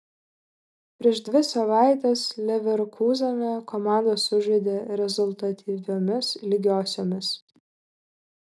prieš dvi savaites leverkūzene komandos sužaidė rezultatyviomis lygiosiomis